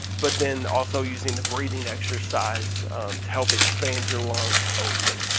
but then also using the breathing exercise to help expand your lungs open.